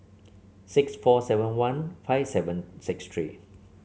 six four seven one five seven six three